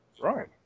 Right